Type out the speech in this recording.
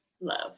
love